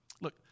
Look